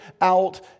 out